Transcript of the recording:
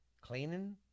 Cleaning